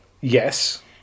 Yes